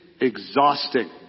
exhausting